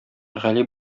гали